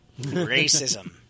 Racism